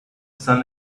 sun